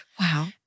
Wow